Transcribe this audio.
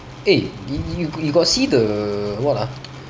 eh you you you got see the what ah